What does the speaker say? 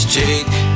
take